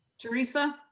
teresa.